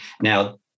Now